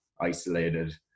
isolated